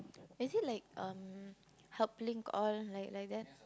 is it like um helping all like like that